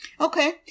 Okay